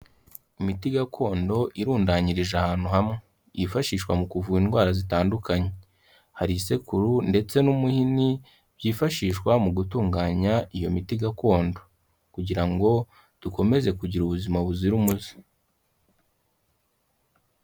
Imiti gakondo irundanyirije ahantu hamwe. Yifashishwa mu kuvura indwara zitandukanye. Hari isekuru ndetse n'umuhini byifashishwa mu gutunganya iyo miti gakondo kugira ngo dukomeze kugira ubuzima buzira umuze.